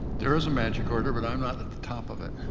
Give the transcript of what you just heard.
there is a magic order, but i'm not at the top of it.